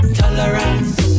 tolerance